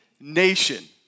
nation